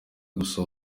gusa